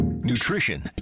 Nutrition